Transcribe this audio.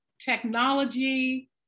technology